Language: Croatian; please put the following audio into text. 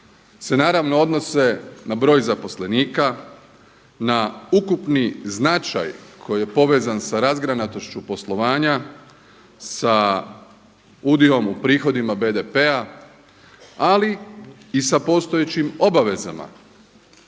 se naravno odnose na broj zaposlenika, na ukupni značaj koji je povezan sa razgranatošću poslovanja, sa udiom u prihodima BDP-a, ali i sa postojećim obavezama